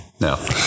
No